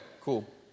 cool